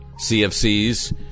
CFCs